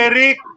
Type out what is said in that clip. Eric